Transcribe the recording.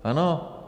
Ano?